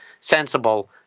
sensible